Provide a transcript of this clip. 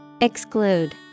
Exclude